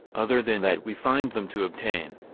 other than that we find them to obtain.